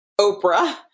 oprah